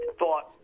thought